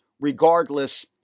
regardless